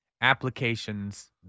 applications